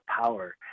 power